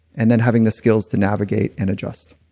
and then having the skills to navigate and adjust.